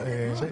מציג.